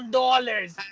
dollars